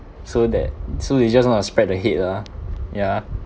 so that so they just want to spread the hate ah ya